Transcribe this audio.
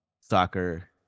soccer